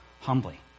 humbly